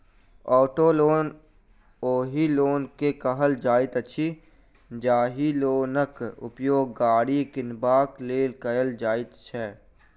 auto loan ओहि loan के कहल जाइत अछि, जाहि लोनक उपयोग गाड़ी किनबाक लेल कयल जाइत छै